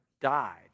died